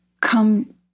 come